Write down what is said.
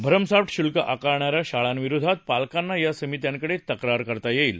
भरमसाठ शुल्क आकारणाऱ्या शाळांविरोधात पालकांना या समित्यांकडे तक्रार करता येईल